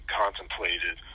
contemplated